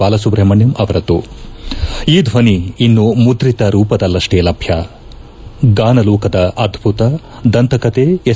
ಬಾಲಸುಬ್ರಹಣ್ಣಂ ಅವರದ್ದು ಈ ದ್ವನಿ ಇನ್ನು ಮುದ್ರಿತ ರೂಪದಲ್ಲಷ್ಟೇ ಲಭ್ಯ ಗಾನ ಲೋಕದ ಅದ್ದುತ ದಂತಕತೆ ಎಸ್